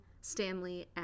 Stanley